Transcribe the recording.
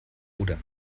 oder